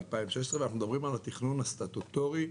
אנשים הגיעו לסיכומים והמשיכו.